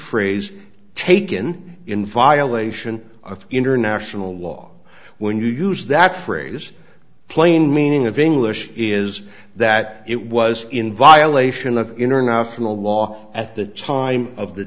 phrase taken in violation of international law when you use that phrase plain meaning of english is that it was in violation of international law at the time of the